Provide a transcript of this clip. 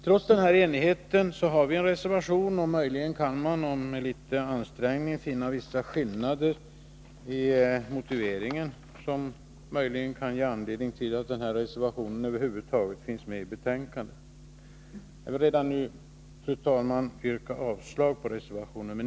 Trots denna enighet finns det en reservation, och möjligen kan man med litet ansträngning finna vissa skillnader i utskottets motivering som kan ge anledning till att denna reservation över huvud taget finns med i betänkandet. Jag vill redan nu, fru talman, yrka avslag på reservation nr 9.